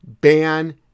ban